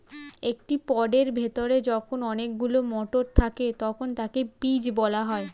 একটি পডের ভেতরে যখন অনেকগুলো মটর থাকে তখন তাকে পিজ বলা হয়